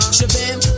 Shabam